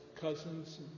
Cousins